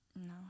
No